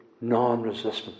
non-resistance